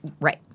Right